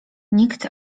nikt